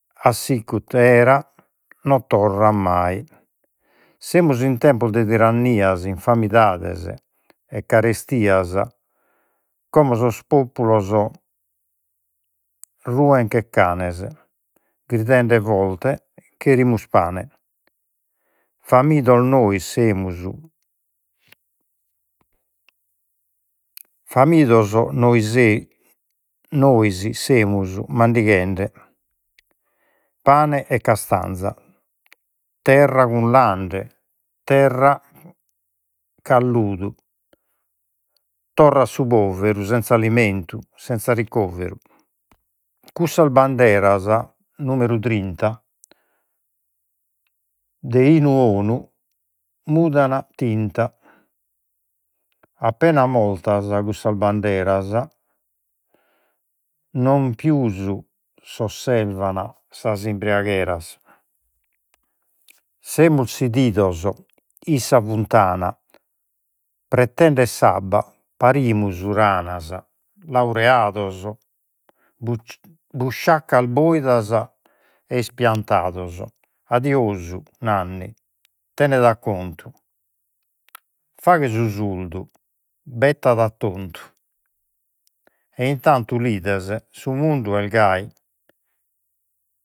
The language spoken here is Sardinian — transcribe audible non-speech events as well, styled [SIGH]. A sicut erat non torrat mai. Semus in tempos de tirannias, infamidades e carestias, como sos populos ruen che canes gridende forte cherimus pane. Famidos nois semus [HESITATION] famidos nois [HESITATION] nois semus mandighende pane e castanza, terra cun lande, terra [HESITATION] ludu, torrat su poveru senz'alimentu, senza ricoveru. Cussas banderas numeru trinta de 'inu bonu mudana tinta, appena mortas cussas banderas, non pius s'osservan sas imbriagheras. Semus sedidos, issa funtana pretendet s'abba, parimus ranas, laureados [HESITATION] busciaccas boidas e ispiantados. Adiosu Nanni, tened'a contu, faghe su surdu, bettad'atontu, e intantu l'ides: su mundu est gai